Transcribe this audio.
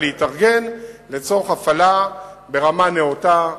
להתארגן לצורך הפעלה של הרכבות ברמה נאותה.